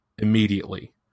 immediately